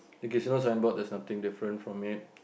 okay so on signboard there's nothing different from it